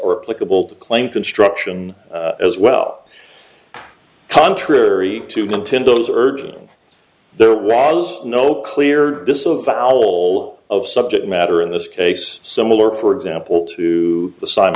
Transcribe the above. to claim construction as well contrary to contend those urgent there was no clear disavowal of subject matter in this case similar for example to the si